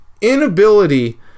inability